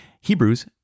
Hebrews